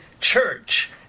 church